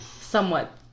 Somewhat